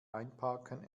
einparken